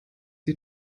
sie